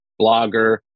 blogger